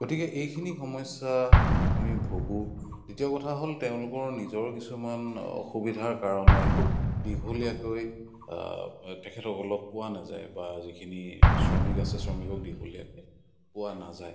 গতিকে এইখিনি সমস্যা আমি ভুগোঁ দ্বিতীয় কথা হ'ল তেওঁলোকৰ নিজৰ কিছুমান অসুবিধাৰ কাৰণে খুব দীঘলীয়াকৈ তেখেতসকলক পোৱা নাযায় বা যিখিনি শ্ৰমিক আছে শ্ৰমিকক দীঘলীয়াকৈ পোৱা নাযায়